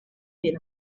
per